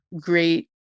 great